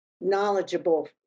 knowledgeable